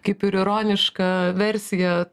kaip ir ironiška versija